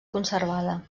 conservada